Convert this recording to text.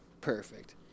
perfect